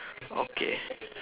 okay